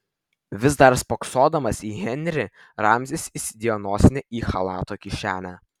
vis dar spoksodamas į henrį ramzis įsidėjo nosinę į chalato kišenę